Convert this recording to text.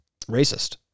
Racist